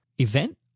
event